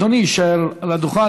אדוני יישאר על הדוכן.